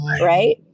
right